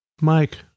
Mike